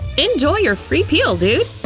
enjoy your free peel, dude!